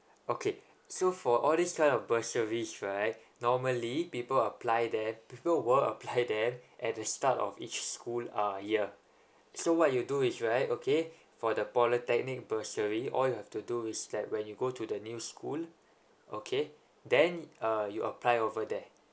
okay so for all these kind of bursaries right normally people apply that people will apply that at the start of each school uh year so what you do is right okay for the polytechnic bursary all you have to do is that when you go to the new school okay then uh you apply over there